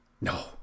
No